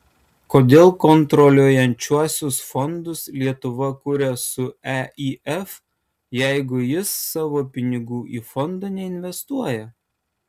kodėl kontroliuojančiuosius fondus lietuva kuria su eif jeigu jis savo pinigų į fondą neinvestuoja